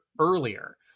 earlier